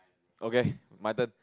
okay my turn